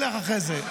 אני אזכיר לך אחרי זה.